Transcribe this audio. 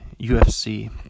UFC